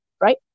Right